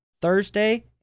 Thursday